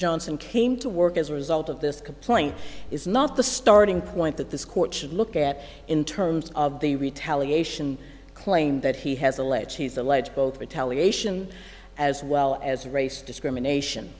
johnson came to work as a result of this complaint is not the starting point that this court should look at in terms of the retaliation claim that he has alleged he's alleged both retaliation as well as race discrimination